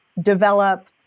develop